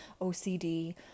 OCD